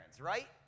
right